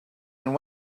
and